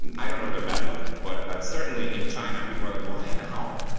and i don't know if they're bad luck, but certainly in china people are like, why an owl?